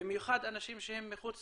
במיוחד אנשים שהם מחוץ